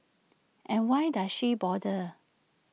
and why does she bother